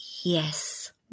Yes